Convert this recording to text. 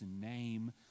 name